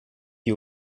you